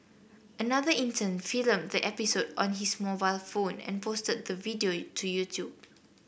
another intern filmed the episode on his mobile phone and posted the video to YouTube